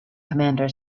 commander